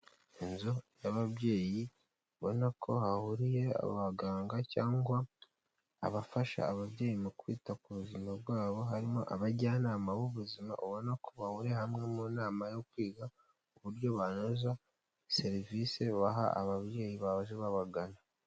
Inzu y'ababyeyi ubona ko hahuriye abaganga cyangwa abafasha ababyeyi mu kwita ku buzima bwabo, harimo abajyanama b'ubuzima ubona ko bahuriye hamwe, mu nama yo kwiga uburyo banoza serivisi baha ababyeyi baje babagana.